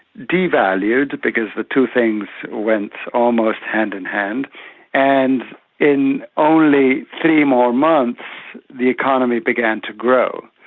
devalued because the two things went almost hand in hand and in only three more months the economy began to grow.